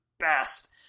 best